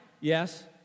Yes